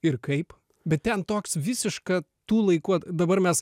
ir kaip bet ten toks visiška tų laikų at dabar mes